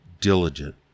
diligent